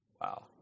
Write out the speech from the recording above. Wow